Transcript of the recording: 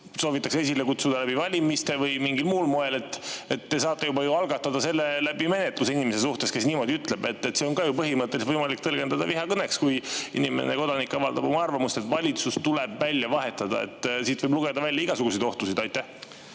soovitakse esile kutsuda valimiste kaudu või mingil muul moel. Te saate juba ju algatada selle abil menetluse inimese suhtes, kes niimoodi ütleb. Seda on ka ju põhimõtteliselt võimalik tõlgendada vihakõnena, kui inimene avaldab oma arvamust, et valitsus tuleb välja vahetada. Siit võib lugeda välja igasuguseid ohtusid. Aitäh,